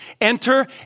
Enter